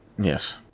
Yes